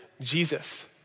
Jesus